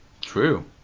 True